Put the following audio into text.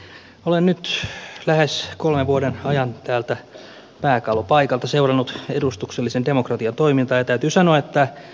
olen nyt lähes kolmen vuoden ajan täältä pääkallopaikalta seurannut edustuksellisen demokra tian toimintaa ja täytyy sanoa että sydämeni on raskas